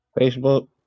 Facebook